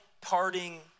parting